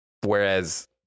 Whereas